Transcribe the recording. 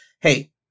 Hey